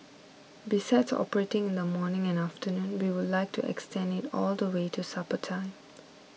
besides operating in the morning and afternoon we would like to extend it all the way to supper time